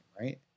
right